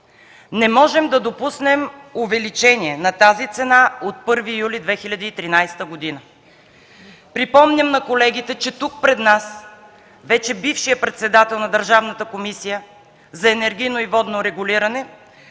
Не можем да допуснем увеличение на тази цена от 1 юли 2013 г. Припомням на колегите, че тук пред нас вече бившият председател на Държавната комисия за енергийно и водно регулиране